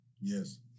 Yes